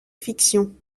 fiction